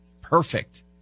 perfect